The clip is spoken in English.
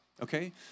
Okay